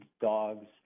dogs